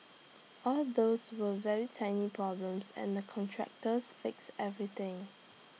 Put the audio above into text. all those were very tiny problems and the contractors fixed everything